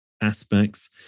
aspects